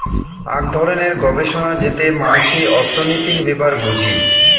আক ধরণের গবেষণা যেতে মানসি অর্থনীতির ব্যাপার বুঝি